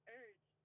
urge